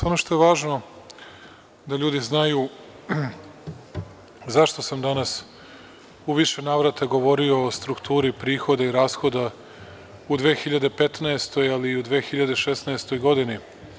Ono što je važno da ljudi znaju zašto sam danas u više navrata govorio o strukturi prihoda i rashoda u 2015. godini, ali i u 2016. godini.